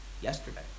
yesterday